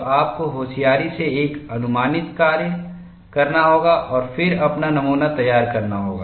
तो आपको होशियारी से एक अनुमानित कार्य करना होगा और फिर अपना नमूना तैयार करना होगा